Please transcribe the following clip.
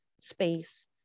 space